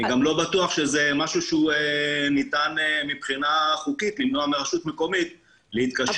אני גם לא בטוח שזה משהו שניתן מבחינה חוקית למנוע מרשות מקומית להתקשר